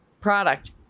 product